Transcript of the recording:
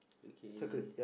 okay